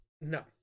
No